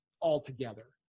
altogether